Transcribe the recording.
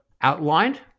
outlined